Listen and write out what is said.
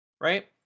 right